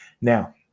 Now